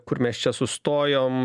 kur mes čia sustojom